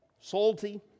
Salty